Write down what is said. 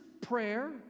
prayer